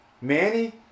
Manny